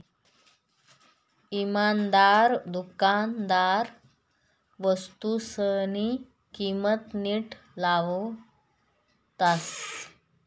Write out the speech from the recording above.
इमानदार दुकानदार वस्तूसनी किंमत नीट लावतस